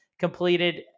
Completed